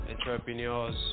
entrepreneurs